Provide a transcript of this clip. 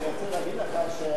אני רוצה להגיד לך.